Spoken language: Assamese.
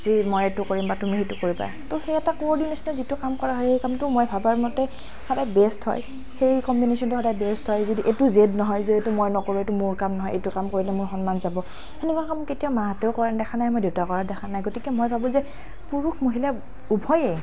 যে মই এইটো কৰিম বা তুমি সেইটো কৰিবা তো সেই এটা যিটো কাম কৰা হয় সেই কামটো মই ভবাৰ মতে সদায় বেষ্ট হয় সেই কম্বিনেছনটো সদায় বেষ্ট হয় এইটো জেদ নহয় যে এইটো মই নকৰোঁ এইটো মোৰ কাম নহয় এইটো কাম কৰিলে মোৰ সন্মান যাব সেনেকুৱা কাম কেতিয়াও মাহঁতেও কৰা দেখা নাই মই দেউতাই কৰাও দেখা নাই গতিকে মই ভাবোঁ যে পুৰুষ মহিলা উভয়ে